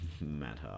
matter